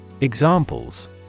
Examples